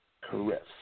Chris